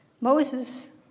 Moses